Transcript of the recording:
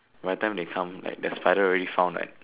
by the time they come like the spider already found like